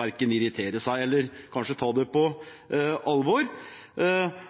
verken å irritere seg eller ta det på alvor.